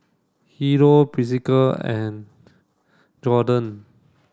Hideo Priscilla and Jordon